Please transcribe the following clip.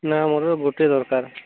ନା ମୋର ଗୋଟେ ଦରକାର